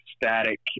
static